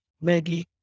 Maggie